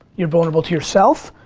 you're vulnerable to yourself,